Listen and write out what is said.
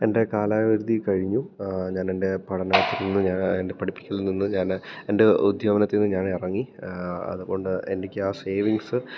എൻ്റെ കാലാവധി കഴിഞ്ഞു ഞാൻ എൻ്റെ പഠനത്തിൽനിന്ന് ഞാൻ എൻ്റെ പഠിപ്പിക്കലിൽനിന്ന് ഞാൻ എൻ്റെ ഉദ്യോഗത്തിൽനിന്ന് ഞാൻ ഇറങ്ങി അതുകൊണ്ട് എനിക്ക് ആ സേവിങ്സ്